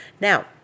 Now